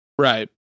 right